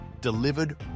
delivered